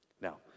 Now